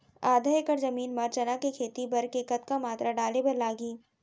आधा एकड़ जमीन मा चना के खेती बर के कतका मात्रा डाले बर लागही?